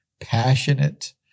passionate